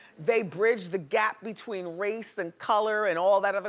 they bridged the gap between race and color and all that other,